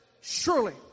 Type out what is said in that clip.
Surely